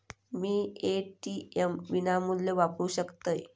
मी ATM विनामूल्य वापरू शकतय?